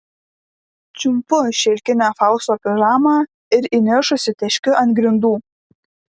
čiumpu šilkinę fausto pižamą ir įniršusi teškiu ant grindų